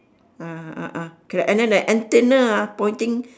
ah ah ah correct and then the antenna ah pointing